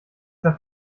der